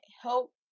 help